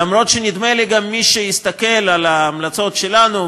אף שנדמה לי שגם מי שיסתכל על ההמלצות שלנו,